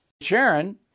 Sharon